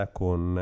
con